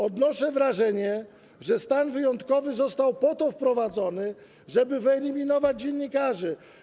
Odnoszę wrażenie, że stan wyjątkowy został po to wprowadzony, żeby wyeliminować dziennikarzy.